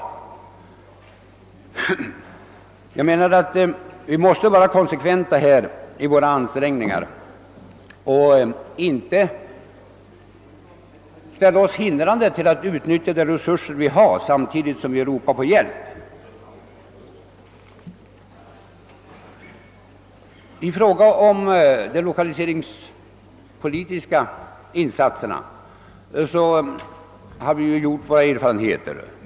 Jag menar att vi bör vara konsekventa i vårt ageran de och inte motsätta oss ett utnyttjande av de resurser vi har samtidigt som vi ropar på hjälp. I fråga om de lokaliseringspolitiska insatserna har vi ju gjort våra erfarenheter.